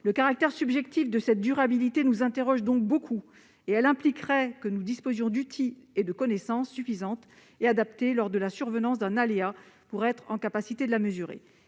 Le caractère subjectif de cette durabilité nous interroge donc beaucoup, car cela implique que nous disposions d'outils et de connaissances suffisants et adaptés lors de la survenance d'un aléa pour être en capacité de la mesurer.